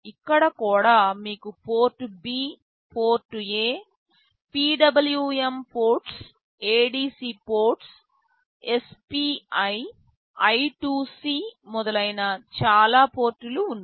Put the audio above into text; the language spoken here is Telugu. ఇక్కడ కూడా మీకు port B port A PWM ports ADC ports SPI I2C మొదలైన చాలా పోర్టులు ఉన్నాయి